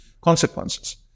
consequences